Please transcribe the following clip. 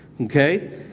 Okay